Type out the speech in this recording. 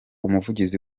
umuvugizi